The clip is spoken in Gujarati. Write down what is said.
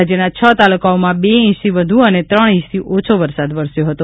રાજ્યના હ તાલુકાઓમાં બે ઇંચથી વધુ અને ત્રણ ઇંચથી ઓછો વરસાદ વરસ્યો હતો